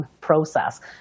process